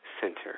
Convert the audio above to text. center